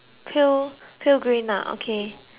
pale green ah okay